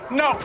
no